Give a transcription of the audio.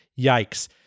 Yikes